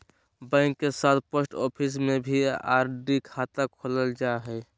bank के साथ post office में भी आर.डी खाता खोलल जा हइ